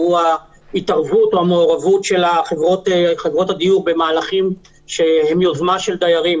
והוא ההתערבות או המעורבות של חברות הדיור במהלכים שהם יוזמה של דיירים.